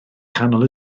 canol